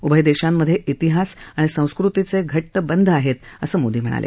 उभय देशांमधे तिहास आणि संस्कृतीचे घट्ट बंध आहेत असं मोदी म्हणाले